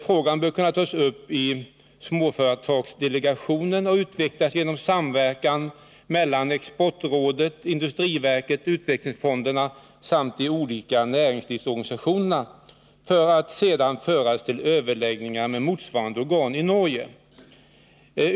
Frågan bör kunna tas upp i småföretagsdelegationen och utvecklas genom samverkan mellan Exportrådet, industriverket, utvecklingsfonderna samt i olika näringslivsorganisationer, för att sedan behandlas vid överläggningar med motsvarande organ i Norge.